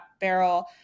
barrel